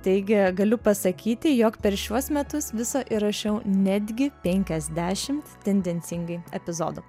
taigi galiu pasakyti jog per šiuos metus viso įrašiau netgi penkiasdešim tendencingai epizodų